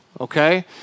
okay